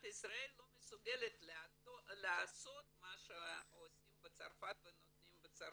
ישראל לא מסוגלת לעשות מה שעושים בצרפת ונותנים בצרפת,